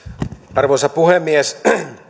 arvoisa puhemies